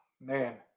man